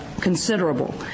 considerable